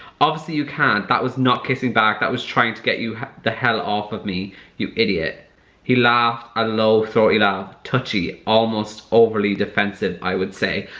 obviously you can't that was not kissing back that was trying to get you the hell off of me you idiot he laughed a low throaty laugh. touchy almost overly defensive i would say.